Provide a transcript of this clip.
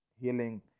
healing